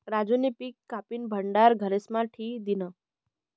राजूनी पिक कापीन भंडार घरेस्मा ठी दिन्हं